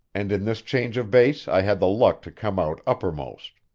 and in this change of base i had the luck to come out uppermost.